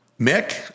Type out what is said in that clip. Mick